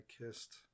kissed